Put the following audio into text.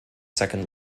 second